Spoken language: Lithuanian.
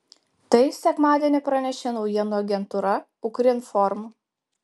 tai sekmadienį pranešė naujienų agentūra ukrinform